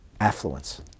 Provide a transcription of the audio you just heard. affluence